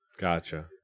gotcha